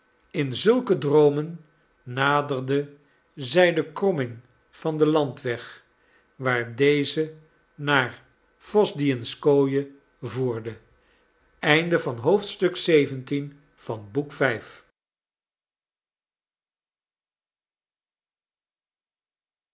in zulke droomen naderde zij de kromming van den landweg waar deze naar wosdwijenskoye voerde